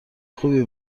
خوبی